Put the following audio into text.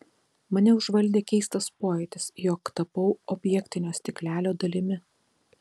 mane užvaldė keistas pojūtis jog tapau objektinio stiklelio dalimi